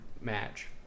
match